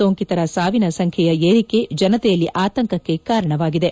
ಸೋಂಕಿತರ ಸಾವಿನ ಸಂಖ್ಯೆಯ ಏರಿಕೆ ಜನತೆಯಲ್ಲಿ ಆತಂಕಕ್ಕೆ ಕಾರಣವಾಗಿದೆ